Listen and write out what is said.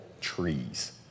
trees